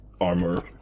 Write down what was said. armor